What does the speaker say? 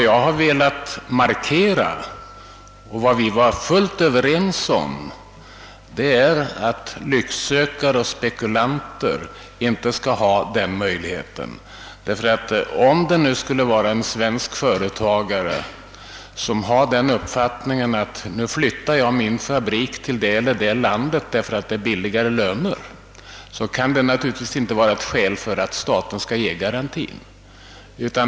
: Jag har velat markera att vi har va rit fullt överens om att lycksökare och spekulanter inte skall få denna möjlighet. Om en svensk företagare säger till sig själv: »Nu flyttår jag min fabrik till det eller det landet, ty där är lönerna låga» — ja, då kan det naturligtvis inte vara skäl för staten att ge garantier.